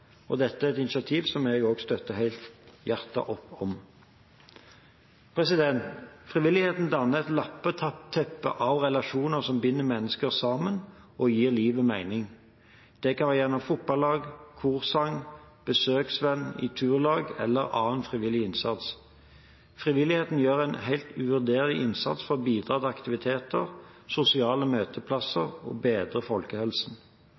Dette er et initiativ jeg støtter helhjertet opp om. Frivilligheten danner et lappeteppe av relasjoner som binder mennesker sammen og gir livet mening – det kan være gjennom fotballag, korsang, som besøksvenn, i turlag eller annen frivillig innsats. Frivilligheten gjør en helt uvurderlig innsats for å bidra til aktiviteter, sosiale